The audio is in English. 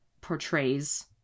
portrays